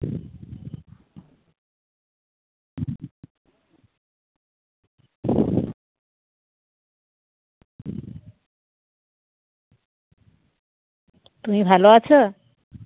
তুমি ভালো আছো